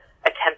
attempt